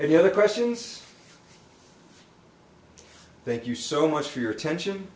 know the questions thank you so much for your attention